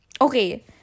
Okay